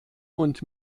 und